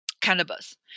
cannabis